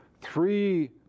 three